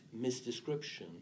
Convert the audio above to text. misdescription